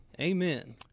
Amen